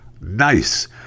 Nice